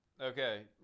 okay